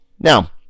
Now